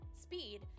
Speed